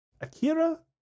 Akira